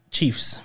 Chiefs